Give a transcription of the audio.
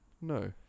No